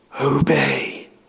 obey